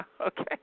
okay